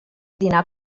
dinar